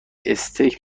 استیک